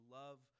love